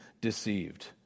deceived